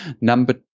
Number